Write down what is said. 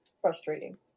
frustrating